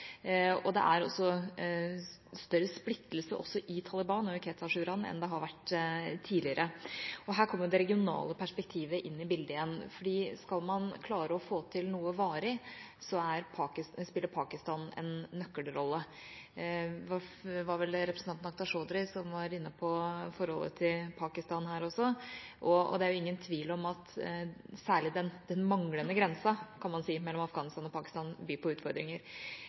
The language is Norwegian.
er større splittelse også i Taliban og i Quetta-shuraen enn det har vært tidligere. Her kommer det regionale perspektivet inn i bildet igjen. For skal man klare å få til noe varig, spiller Pakistan en nøkkelrolle. Det var vel representanten Akhtar Chaudhry som var inne på forholdet til Pakistan her også, og det er ingen tvil om at særlig den manglende grensen, kan man si, mellom Afghanistan og Pakistan byr på utfordringer.